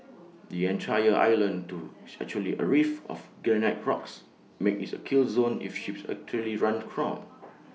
the entire island do is actually A reef of granite rocks making IT A kill zone if ships actually run aground